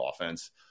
offense